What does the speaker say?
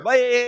Bye